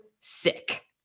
sick